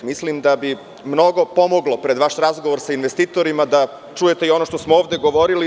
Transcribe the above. Mislim da bi mnogo pomoglo, pred vaš razgovor sa investitorima, da čujete i ono što smo ovde govorili.